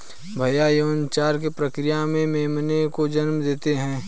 भ़ेड़ यौनाचार की प्रक्रिया से मेमनों को जन्म देते हैं